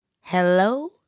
Hello